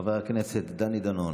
חבר הכנסת דני דנון,